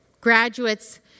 Graduates